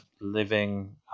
living